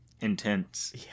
intense